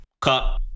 Cut